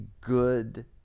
good